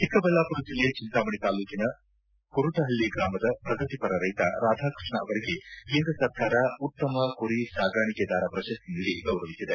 ಚಿಕ್ಕಬಳ್ಳಾಮರ ಜಿಲ್ಲೆ ಚಂತಾಮಣಿ ತಾಲೂಕಿನ ಕುರುಟಪಳ್ಳಿ ಗ್ರಾಮದ ಪ್ರಗತಿಪರ ರೈತ ರಾಧಾಕೃಷ್ಣ ಅವರಿಗೆ ಕೇಂದ್ರ ಸರ್ಕಾರ ಉತ್ತಮ ಕುರಿ ಸಾಕಣಿಕೆದಾರ ಪ್ರಶಸ್ತಿ ನೀಡಿ ಗೌರವಿಸಿದೆ